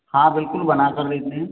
हाँ बिल्कुल बना कर देते हैं